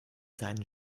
seinen